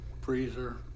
freezer